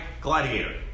Gladiator